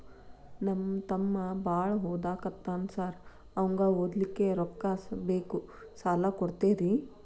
ನಮ್ಮ ತಮ್ಮ ಬಾಳ ಓದಾಕತ್ತನ ಸಾರ್ ಅವಂಗ ಓದ್ಲಿಕ್ಕೆ ರೊಕ್ಕ ಬೇಕು ಸಾಲ ಕೊಡ್ತೇರಿ?